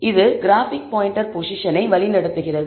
எனவே இது graphic pointer பொசிஷனை வழிநடத்துகிறது